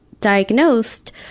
diagnosed